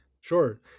Sure